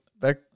back